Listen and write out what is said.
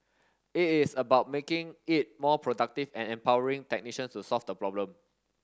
it is about making it more productive and empowering technician to solve the problem